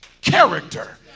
character